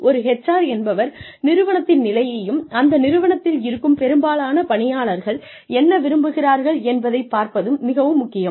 ஒரு HR என்பவர் நிறுவனத்தின் நிலையையும் அந்த நிறுவனத்தில் இருக்கும் பெரும்பாலான பணியாளர்கள் என்ன விரும்புகிறார்கள் என்பதைப் பார்ப்பதும் மிகவும் முக்கியம்